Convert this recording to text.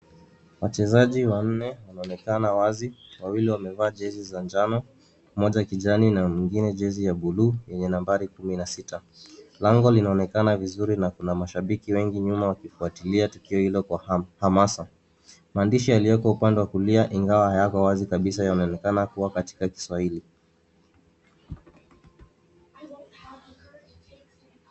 Wachezaji wanne wanaonekana wazi. Wawili wamevaa jezi za njano, mmoja ya kijani na mwingine jezi ya buluu yenye nambari kumi na sita. Lango linaonekana vizuri na kuna mashabiki wengi nyuma wakifuatilia tukio hilo kwa hamasa. Maandishi yaliyoko upande wa kulia ingawa hayako wazi kabisa, yanaonekana kuwa katika Kiswahili.